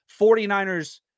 49ers